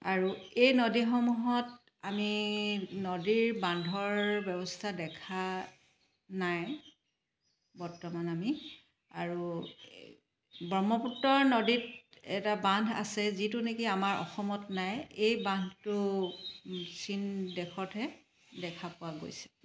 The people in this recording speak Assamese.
আৰু এই নদীসমূহত আমি নদীৰ বান্ধৰ ব্যৱস্থা দেখা নাই বৰ্তমান আমি আৰু ব্ৰহ্মপুত্ৰ নদীত এটা বান্ধ আছে যিটো নেকি আমাৰ অসমত নাই এই বান্ধটো চীন দেশতহে দেখা পোৱা গৈছে